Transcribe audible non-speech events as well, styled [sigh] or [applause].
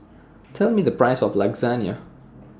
Tell Me The Price of [unintelligible]